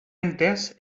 entès